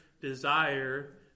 desire